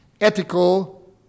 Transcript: ethical